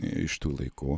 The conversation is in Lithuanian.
iš tų laikų